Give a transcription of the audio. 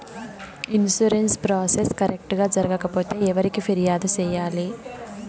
insurance process correct గా జరగకపోతే ఎవరికి ఫిర్యాదు సేయాలి